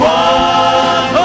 one